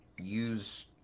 use